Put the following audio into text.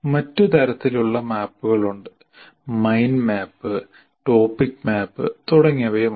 മറ്റ് തരത്തിലുള്ള മാപ്പുകൾ ഉണ്ട് മൈൻഡ് മാപ്പ് ടോപ്പിക് മാപ്പ് തുടങ്ങിയവയുണ്ട്